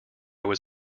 was